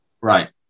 Right